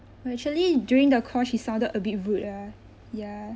but actually during the call she sounded a bit rude ah ya